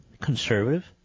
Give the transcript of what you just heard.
conservative